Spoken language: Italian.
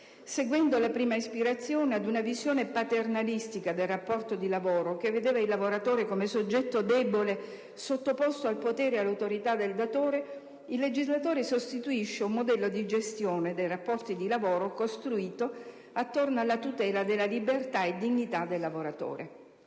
Seguendo la prima ispirazione, ad una visione paternalistica del rapporto di lavoro, che vedeva il lavoratore come soggetto debole sottoposto al potere e all'autorità del datore, il legislatore sostituisce un modello di gestione dei rapporti di lavoro costruito attorno alla tutela della «libertà e della dignità del lavoratore».